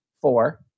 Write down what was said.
four